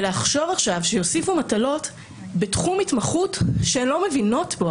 לחשוב שיוסיפו מטלות בתחום התמחות שהן לא מבינות בו.